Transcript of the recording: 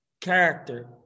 character